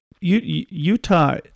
Utah